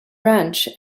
ranch